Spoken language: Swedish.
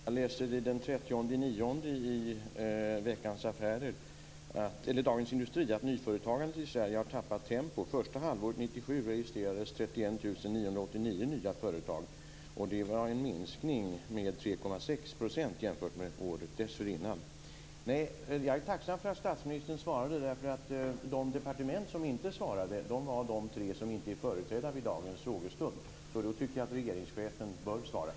Fru talman! Jag läser i Dagens Industri den 30 september att nyföretagandet i Sverige har tappat tempo. Första halvåret 1997 registrerades 31 989 nya företag, och det var en minskning med 3,6 % i förhållande till året dessförinnan. Jag är tacksam för att statsministern svarade, eftersom de tre departement som inte svarade var de tre som inte är företrädda vid dagens frågestund. Då tycker jag att regeringschefen bör svara.